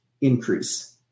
increase